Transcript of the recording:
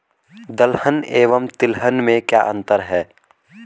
दलहन एवं तिलहन में क्या अंतर है?